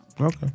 Okay